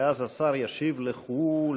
ואז השר ישיב לכולם.